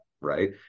Right